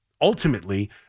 ultimately